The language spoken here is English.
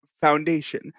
foundation